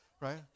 right